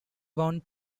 won